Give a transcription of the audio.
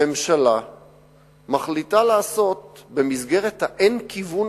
הממשלה מחליטה לעשות במסגרת ה"אין כיוון"